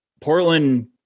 Portland